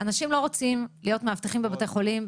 אנשים לא רוצים להיות מאבטחים בבתי חולים,